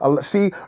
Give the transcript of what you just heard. See